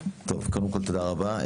טוב, קודם כל תודה רבה.